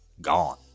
gone